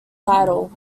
title